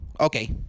Okay